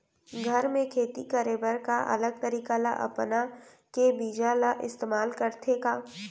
घर मे खेती करे बर का अलग तरीका ला अपना के बीज ला इस्तेमाल करथें का?